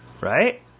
right